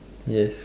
yes